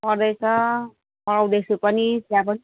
पढ्दैछ पढाउँदैछु पनि चिया पनि